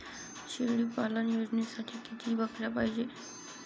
शेळी पालन योजनेसाठी किती बकऱ्या पायजे?